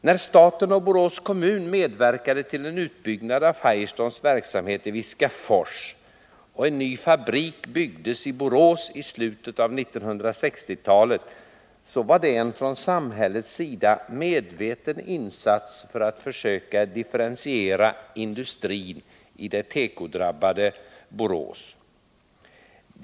När staten och Borås kommun medverkade till en utbyggnad av Firestones verksamhet i Viskafors och en ny fabrik byggdes i Borås i slutet av 1960-talet, var det en från samhällets sida medveten insats för att försöka differentiera industrin i det tekodominerade Borås.